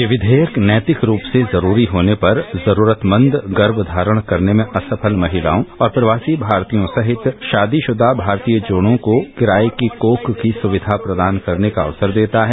यह विधेयक नैतिक रूप तो जरूरी होने पर जरूरमंद गर्मवारण करने में असछल महिलाओं और प्रवासी भारतीयों सहित शादी मुदा भास्तीय जोड़ों को किराये की कोख की सुक्धा प्रदान करने का अक्सर देता है